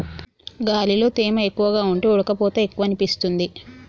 గాలిలో తేమ ఎక్కువగా ఉంటే ఉడుకపోత ఎక్కువనిపిస్తుంది